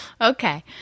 Okay